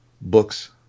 books